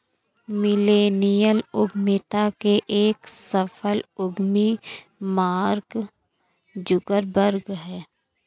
millennial उद्यमिता के एक सफल उद्यमी मार्क जुकरबर्ग हैं